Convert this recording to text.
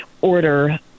order